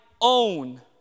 own